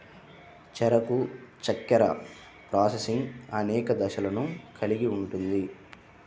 చెరకు చక్కెర ప్రాసెసింగ్ అనేక దశలను కలిగి ఉంటుంది